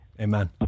Amen